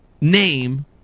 name